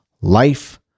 life